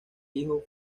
hijo